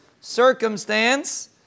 circumstance